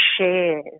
share